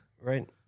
Right